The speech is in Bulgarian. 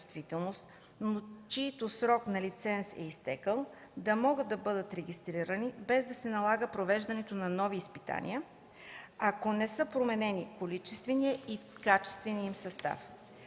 но чиито срок на лиценз е изтекъл, да могат да бъдат регистрирани без да се налага провеждането на нови изпитвания, ако не са променени количественият и качественият им състав.